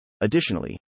Additionally